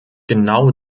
genau